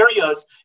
areas